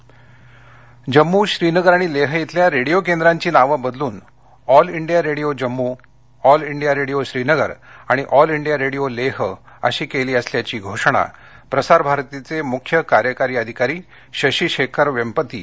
radio station Jammu Srinagar आणि लेह इथल्या radio केंद्रांची नावं बदलून all India radio Jammu all India radio Srinagar आणि ऑल इंडिया रेडिओ लेह अशी केली असल्याची घोषणा प्रसार भारतीचे मुख्य कार्यकारी अधिकारी शशी शेखर वेम्पती यांनी केली